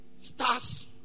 stars